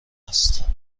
است